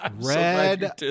red